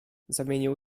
zamienił